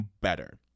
better